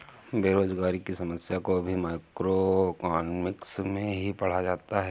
बेरोजगारी की समस्या को भी मैक्रोइकॉनॉमिक्स में ही पढ़ा जाता है